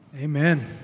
Amen